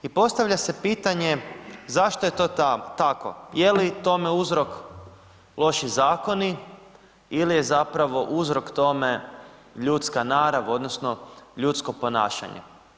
I postavlja se pitanje, zašto je to tako, je li tome uzrok, loši zakoni ili je zapravo uzrok tome ljudska narav, odnosno, ljudsko ponašanje?